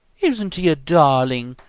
isn't he a darling!